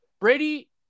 Brady